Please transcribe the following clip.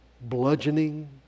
bludgeoning